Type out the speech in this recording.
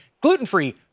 gluten-free